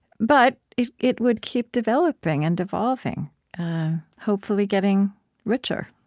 but it it would keep developing and evolving hopefully getting richer,